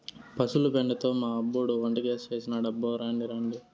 పశుల పెండతో మా అబ్బోడు వంటగ్యాస్ చేసినాడబ్బో రాండి రాండి